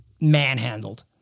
manhandled